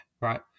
right